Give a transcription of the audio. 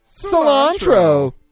Cilantro